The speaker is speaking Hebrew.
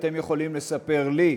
אתם יכולים לספר לי,